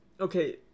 okay